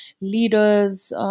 leaders